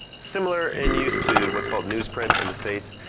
similar in use to what's called newsprint in the states.